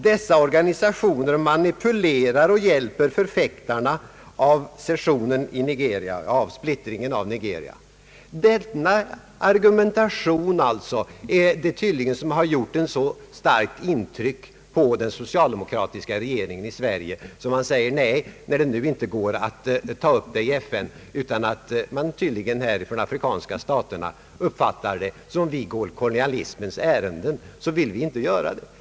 Dessa organisationer manipulerar och hjälper förfäktarna av secessionen i Nigeria.» Denna argumentation har tydligen gjort starkt intryck på den socialdemokratiska regeringen i Sverige, eftersom den anser att vi inte kan ta upp den här frågan i FN utan att de afrikanska staterna uppfattar det som om vi går kolonialismens ärenden.